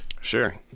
Sure